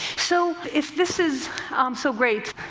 so, if this is so great,